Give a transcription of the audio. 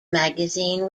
magazine